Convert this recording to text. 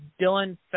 Dylan